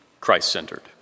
Christ-centered